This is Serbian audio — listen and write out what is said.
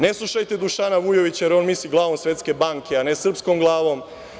Ne slušajte Dušana Vujovića, jer on misli glavom Svetske banke, a ne srpskom glavom.